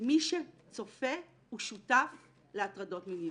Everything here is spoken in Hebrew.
מי שצופה הוא שותף להטרדות מיניות,